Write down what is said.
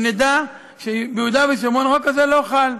שנדע שביהודה ושומרון החוק הזה לא חל.